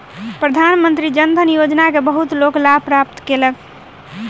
प्रधानमंत्री जन धन योजना के बहुत लोक लाभ प्राप्त कयलक